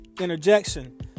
Interjection